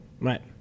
Right